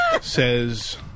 Says